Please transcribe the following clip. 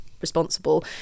responsible